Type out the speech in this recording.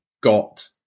got